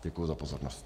Děkuji za pozornost.